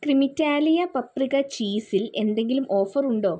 ക്രിമിറ്റാലിയ paprika ചീസിൽ എന്തെങ്കിലും offer ഉണ്ടോ